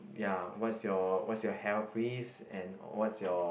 ya what's your what's your health risk and what's your